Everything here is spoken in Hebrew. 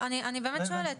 אני באמת שואלת.